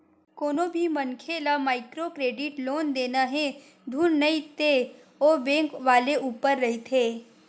कोनो भी मनखे ल माइक्रो क्रेडिट लोन देना हे धुन नइ ते ओ बेंक वाले ऊपर रहिथे